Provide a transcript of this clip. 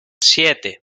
siete